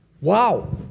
Wow